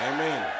Amen।